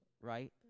right